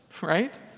right